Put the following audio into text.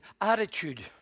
attitude